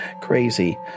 crazy